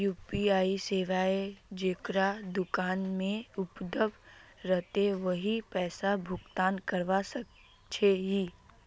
UPI सेवाएं जेकरा दुकान में उपलब्ध रहते वही पैसा भुगतान कर सके है की?